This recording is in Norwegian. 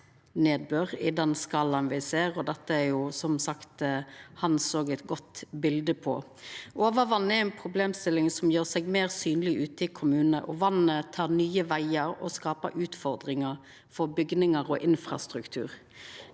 nedbør i den skalaen me ser no, og dette er som sagt «Hans» òg eit godt bilde på. Overvatn er ei problemstilling som gjer seg meir synleg ute i kommunane, og vatnet tek nye vegar og skapar utfordringar for bygningar og infrastruktur.